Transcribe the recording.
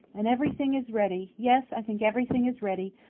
and everything is ready. yes, i think everything is ready,